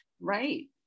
Right